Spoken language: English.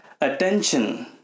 Attention